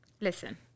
Listen